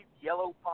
yellow